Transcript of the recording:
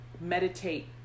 meditate